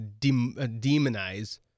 demonize